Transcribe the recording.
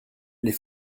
les